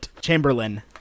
Chamberlain